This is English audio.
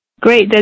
Great